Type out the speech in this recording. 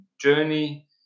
journey